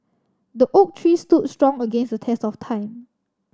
the oak tree stood strong against the test of time